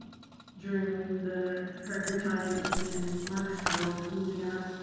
during the her her time in and marksville, louisiana,